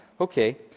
okay